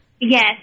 Yes